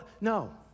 No